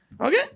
okay